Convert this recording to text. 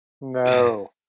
No